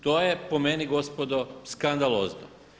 To je po meni gospodo skandalozno.